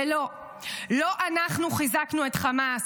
ולא, לא אנחנו חיזקנו את חמאס.